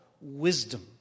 wisdom